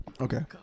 Okay